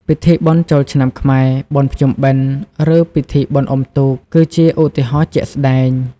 ពិធីបុណ្យចូលឆ្នាំខ្មែរ បុណ្យភ្ជុំបិណ្ឌ ឬពិធីបុណ្យអ៊ុំទូក គឺជាឧទាហរណ៍ជាក់ស្ដែង។